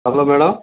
hello madam